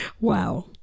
Wow